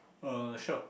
uh sure